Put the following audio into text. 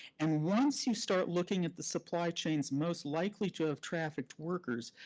and once you start looking at the supply chains most likely to have trafficked workers,